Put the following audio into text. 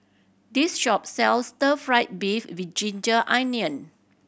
this shop sells stir fried beef with ginger onion